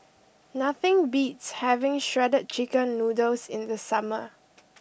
nothing beats having Shredded Chicken Noodles in the summer